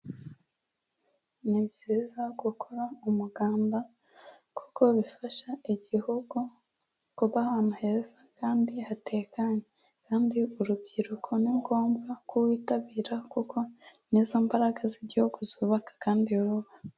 Ni byiza gukora umuganda kuko bifasha igihugu kuba ahantu heza kandi hatekanye. Kandi urubyiruko ni ngombwa ko rwitabira kuko nizo mbaraga z'igihugu zubaka kandi vuba.